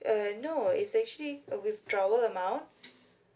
uh no it's actually a withdrawal amount